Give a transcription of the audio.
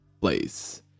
place